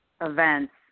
events